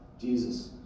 Jesus